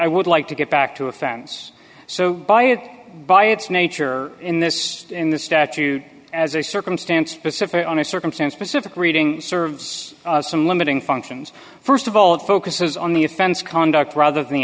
i would like to get back to offense so buy it by its nature in this in the statute as a circumstance specific on a circumstance specific reading serves some limiting functions first of all it focuses on the offense conduct rather than the